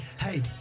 hey